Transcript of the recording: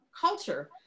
culture